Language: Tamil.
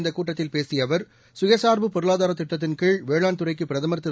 இந்தக் கூட்டத்தில் பேசிய அவர் சுயசார்பு பொருளாதார திட்டத்தின்கீழ் வேளாண் துறைக்கு பிரதமர் திரு